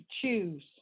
choose